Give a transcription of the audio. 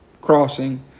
Crossing